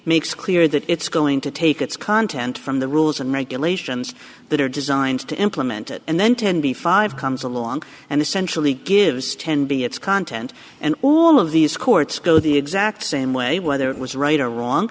makes clear that it's going to take its content from the rules and regulations that are designed to implement it and then ten b five comes along and essentially gives ten b it's content and all of these courts go the exact same way whether it was right or wrong